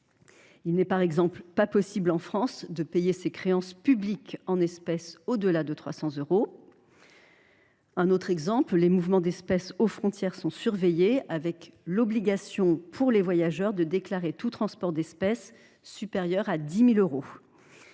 Il n’est par exemple pas possible en France de payer ses créances publiques en espèces au delà de 300 euros. Quant aux mouvements d’espèces aux frontières, ils sont surveillés, avec l’obligation pour les voyageurs de déclarer tout transport d’espèces supérieur à 10 000 euros.